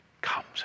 comes